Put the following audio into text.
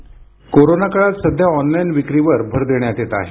ध्वनी कोरोना काळात सध्या ऑनलाइन विक्रीवर भर देण्यात येत आहे